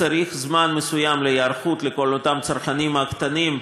צריך זמן מסוים להיערכות לכל אותם צרכנים קטנים,